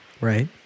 Right